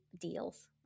deals